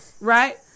Right